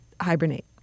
hibernate